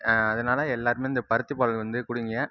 அதனால் எல்லோருமே இந்த பருத்திப்பால் வந்து குடியுங்க